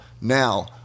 Now